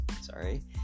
Sorry